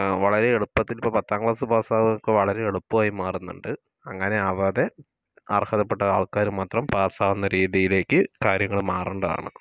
വളരെ എളുപ്പത്തിൽ ഇപ്പം പത്താം ക്ലാസ് പാസ്സാവുക ഒക്കെ വളരെ എളുപ്പമായി മാറുന്നുണ്ട് അങ്ങനെ ആവാതെ അർഹതപ്പെട്ട ആൾക്കാര് മാത്രം പാസ്സാവുന്ന രീതിയിലേക്ക് കാര്യങ്ങൾ മാറേണ്ടതാണ്